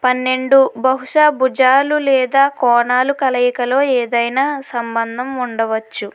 పన్నెండు బహుశ భుజాలు లేదా కోణాలు కలయికలో ఏదైనా సంబంధం ఉండవచ్చు